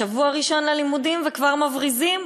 שבוע ראשון ללימודים וכבר מבריזים?